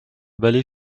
ballet